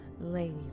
Ladies